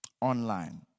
online